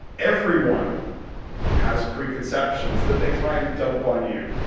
everyone has preconceptions that they try and dump on you.